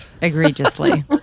egregiously